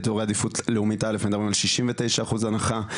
באזור עדיפות לאומית א' מדברים על 69% הנחה,